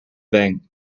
bank